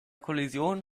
kollision